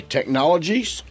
Technologies